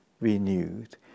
renewed